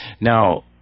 Now